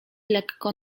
lekko